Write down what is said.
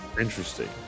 Interesting